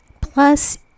plus